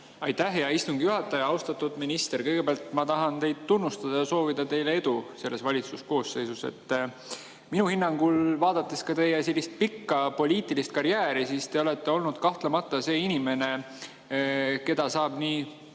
Aitäh, hea istungi juhataja! Austatud minister! Kõigepealt ma tahan teid tunnustada ja soovida teile edu selles valitsuse koosseisus. Minu hinnangul, vaadates teie pikka poliitilist karjääri, olete te olnud kahtlemata see inimene, keda saab nii